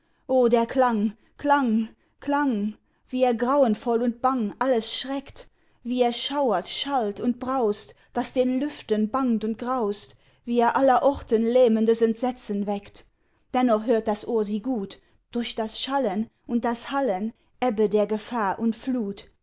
o der klang klang klang wie er grauenvoll und bang alles schreckt wie er schauert schallt und braust daß den lüften bangt und graust wie er aller orten lähmendes entsetzen weckt dennoch hört das ohr sie gut durch das schallen und das hallen ebbe der gefahr und flut